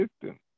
system